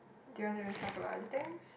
do you want to talk about other things